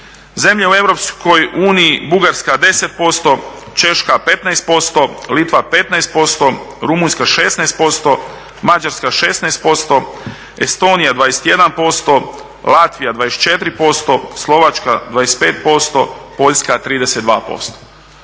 zemlje u EU, Bugarska 10%, Češka 15%, Litva 15%, Rumunjska 16%, Mađarska 16%, Estonija 21%, Latvija 24%, Slovačka 25%, Poljska 32%.